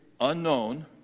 unknown